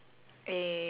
uh mine